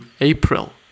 April